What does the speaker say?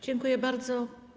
Dziękuję bardzo.